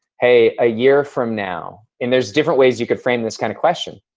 hey, a year from now. and there's different ways you can frame this kind of question.